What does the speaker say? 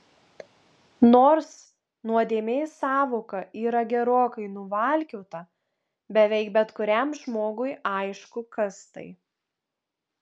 nors nuodėmės sąvoka yra gerokai nuvalkiota beveik bet kuriam žmogui aišku kas tai